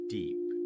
deep